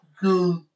good